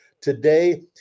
today